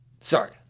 sorry